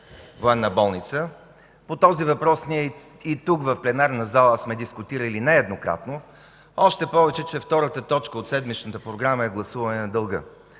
е подчертан. По този въпрос ние и тук в пленарната зала сме дискутирали нееднократно, още повече че втората точка от седмичната програма е гласуване на дълга.